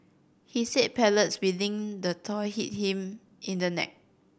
he said pellets within the toy hit him in the neck